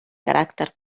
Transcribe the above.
caràcter